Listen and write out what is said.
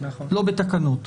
לא בתקנות,